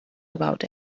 about